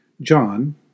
John